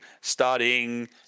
starting